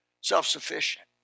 self-sufficient